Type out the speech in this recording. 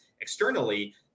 externally